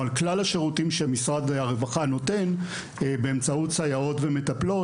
או על כלל השירותים שמשרד הרווחה נותן באמצעות סייעות ומטפלות